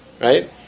Right